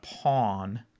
pawn